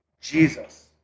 Jesus